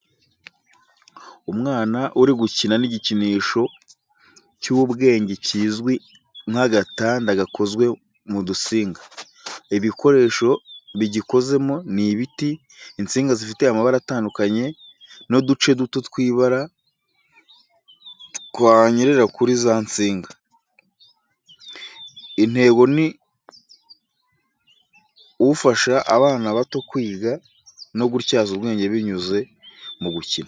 Umwana uri gukina n’igikinisho cy’ubwenge kizwi nk'agatanda gakozwe mu dusinga. Ibikoresho bigikozemo ni ibiti, insinga zifite amabara atandukanye, n’uduce duto tw’ibara twanyerera kuri za nsinga. Intego ni ufasha abana bato kwiga no gutyaza ubwenge binyuze mu gukina.